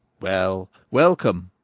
well, welcome,